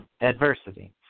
adversity